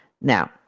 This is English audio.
Now